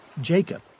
Jacob